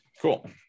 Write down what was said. cool